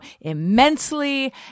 immensely